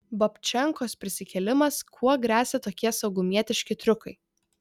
babčenkos prisikėlimas kuo gresia tokie saugumietiški triukai